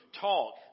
talk